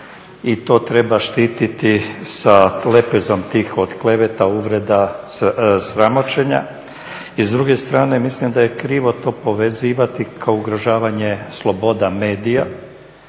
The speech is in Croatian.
i to treba štiti sa lepezom tih od kleveta, uvreda, sramoćenja. I s druge strane mislim da je krivo to povezivati kao ugrožavanje sloboda medija.